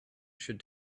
should